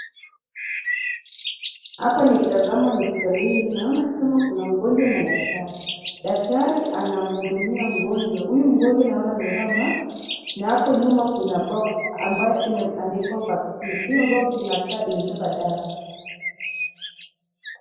Hapa nikitazama ni hospitalini naona kama kuna mgonjwa na daktari, daktari anamhudumia mgonjwa, huyu mgonjwa naona amevaa mask(cs), na hapo nyuma kuna boxi ambayo imeandikwa vaccine (cs),hiyo boxi inakaa imebeba dawa .